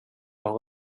har